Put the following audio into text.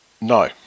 No